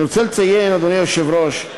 אדוני היושב-ראש,